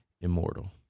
immortal